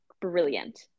brilliant